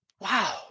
Wow